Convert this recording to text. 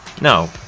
No